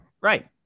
Right